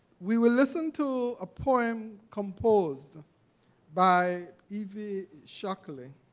we will listen to a poem composed by evie shockley.